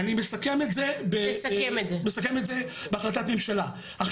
אני מסכם את זה בהחלטת ממשלה.